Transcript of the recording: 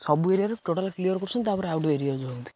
ସବୁ ଏରିଆରେ total clear କରୁଛନ୍ତି ତାପରେ ଆଉଗୋଟେ ଏରିଆ ଯାଉଛନ୍ତି